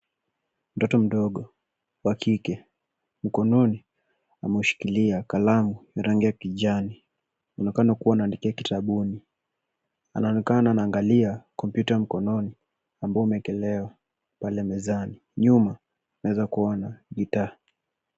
Mtoto mdogo wa kike, mkononi ameshikilia kalamu ya rangi ya kijani. Anaonekana kuwa anaandikia kitabuni. Anaonekana anaangalia kompyuta mkononi ambao umeekelewa pale mezani. Nyuma tunaweza kuona gitaa.